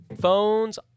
Phones